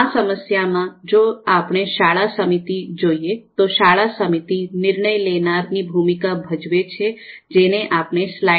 આ સમસ્યામાં જો આપણે શાળા સમિતિ જોઈએ તો શાળા સમિતિ નિર્ણય લેનાર ની ભૂમિકા ભજવે છે જેને આપણે સ્લાઇડમાં ડી